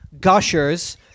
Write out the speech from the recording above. gushers